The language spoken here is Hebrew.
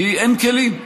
כי אין כלים,